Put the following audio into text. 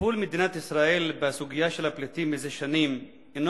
טיפול מדינת ישראל בסוגיה של הפליטים מזה שנים אינו